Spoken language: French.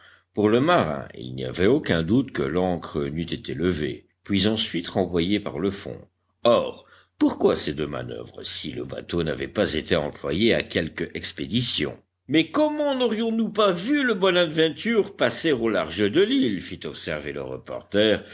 pour le marin il n'y avait aucun doute que l'ancre n'eût été levée puis ensuite renvoyée par le fond or pourquoi ces deux manoeuvres si le bateau n'avait pas été employé à quelque expédition mais comment naurions nous pas vu le bonadventure passer au large de l'île fit observer le reporter